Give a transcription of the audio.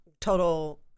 total